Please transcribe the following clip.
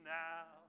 now